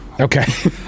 Okay